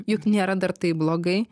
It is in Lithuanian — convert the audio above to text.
juk nėra dar taip blogai